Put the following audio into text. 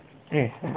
eh